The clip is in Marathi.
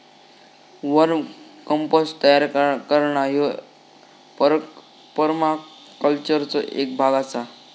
वर्म कंपोस्ट तयार करणा ह्यो परमाकल्चरचो एक भाग आसा